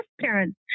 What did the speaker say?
parents